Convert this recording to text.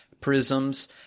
prisms